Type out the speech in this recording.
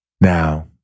Now